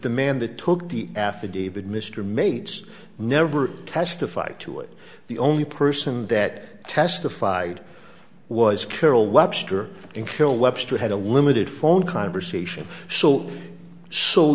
the man that took the affidavit mr mates never testified to it the only person that testified was carol webster in kill webster had a limited phone conversation so so